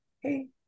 hey